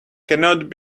cannot